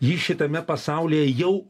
ji šitame pasaulyje jau